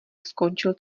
skončil